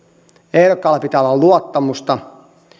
ehdokkaalla pitää olla luottamusta